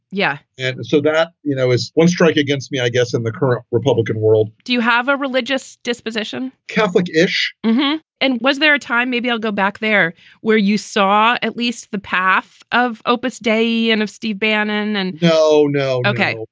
yeah. and and so that, you know, is one strike against me, i guess, in the current republican world do you have a religious disposition? catholic ish and was there a time maybe i'll go back there where you saw at least the path of opus day and of steve bannon? and no, no. okay.